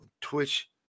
twitch